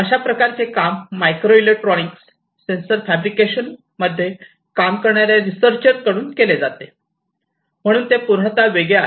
अशा प्रकारचे काम मायक्रो इलेक्ट्रॉनिक सेंसर फेब्रिकेशन मध्ये काम करणाऱ्या रिसर्चर कडून केले जाते म्हणून ते पूर्णतः वेगळे आहे